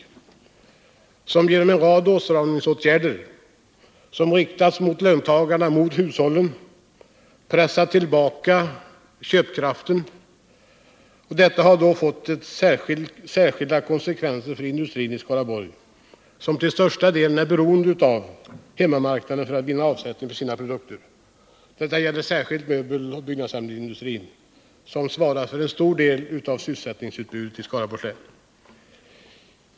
Den borgerliga regeringen har genom en rad åtstramningsåtgärder, riktade mot löntagarna och hushållen, pressat tillbaka köpkraften. Detta har då fått särskilda konsekvenser för industrin i Skaraborgs län, som till största delen är beroende av hemmamarknaden när det gäller avsättningen av produkterna. Detta gäller särskilt möbeloch byggnadsämnesindustrin, som svarar för en stor del av sysselsättningsutbudet i Skaraborgs län.